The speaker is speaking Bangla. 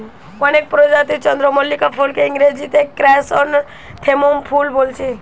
অনেক প্রজাতির চন্দ্রমল্লিকা ফুলকে ইংরেজিতে ক্র্যাসনথেমুম ফুল বোলছে